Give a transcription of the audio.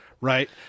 Right